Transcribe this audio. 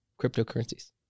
Cryptocurrencies